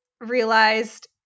realized